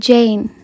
Jane